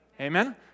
Amen